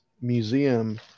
museum